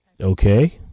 Okay